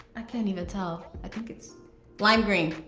i can't even tell. i think it's lime green.